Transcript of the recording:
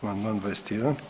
Amandman 21.